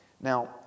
Now